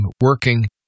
working